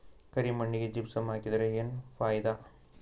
ಕರಿ ಮಣ್ಣಿಗೆ ಜಿಪ್ಸಮ್ ಹಾಕಿದರೆ ಏನ್ ಫಾಯಿದಾ?